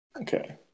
okay